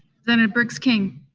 and and briggs king?